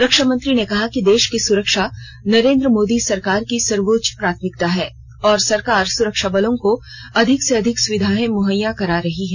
रक्षामंत्री ने कहा कि देश की सुरक्षा नरेन्द्र मोदी सरकार की सर्वोच्च प्राथमिकता है और सरकार सुरक्षाबलों को अधिक से अधिक सुविधाएं मुहैया करा रही है